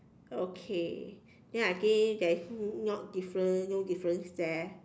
okay then I think there is not different no difference there